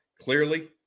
clearly